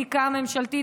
בדיקה ממשלתית,